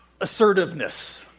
assertiveness